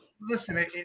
Listen